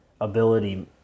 ability